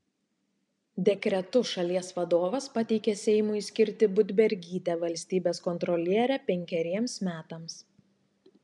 dekretu šalies vadovas pateikė seimui skirti budbergytę valstybės kontroliere penkeriems metams